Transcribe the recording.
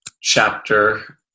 chapter